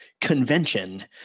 convention